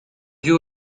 you